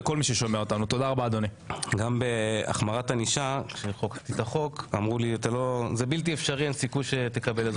גם לגבי החמרת ענישה שחוקקתי אמרו שאין סיכוי שאני אקבל את זה.